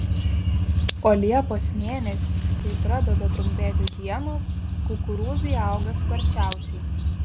o liepos mėnesį kai pradeda trumpėti dienos kukurūzai auga sparčiausiai